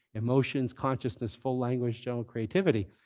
emotions, consciousness, full language, general creativity.